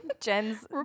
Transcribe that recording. Jen's